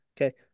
Okay